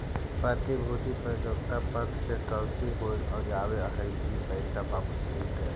प्रतिभूति प्रतिज्ञा पत्र से तसल्ली हो जावअ हई की पैसा वापस अइतइ